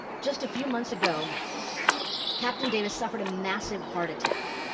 just a few months ago captain davis suffered a massive heart attack,